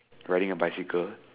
riding a bicycle